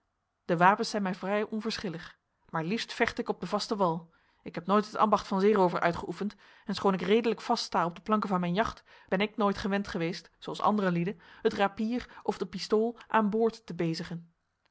de wapens zijn mij vrij onverschillig maar liefst vecht ik op den vasten wal ik heb nooit het ambacht van zeeroover uitgeoefend en schoon ik redelijk vast sta op de planken van mijn jacht ben ik nooit gewend geweest zooals andere lieden het rapier of de pistool aan boord te bezigen